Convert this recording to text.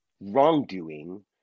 wrongdoing